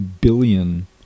billion